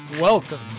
Welcome